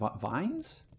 Vines